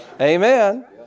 Amen